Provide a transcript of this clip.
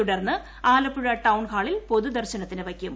തുടർന്ന് ആലപ്പുഴ ടൌൺ ഹ്റ്റളിൽ പൊതുദർശനത്തിന് വയ്ക്കും